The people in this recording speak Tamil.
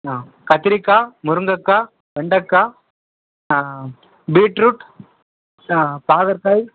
ஆ கத்திரிக்காய் முருங்கக்காய் வெண்டக்காய் பீட்ரூட் பாகற்காய்